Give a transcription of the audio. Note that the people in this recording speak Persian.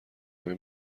همه